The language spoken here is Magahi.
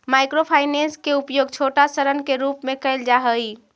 माइक्रो फाइनेंस के उपयोग छोटा ऋण के रूप में कैल जा हई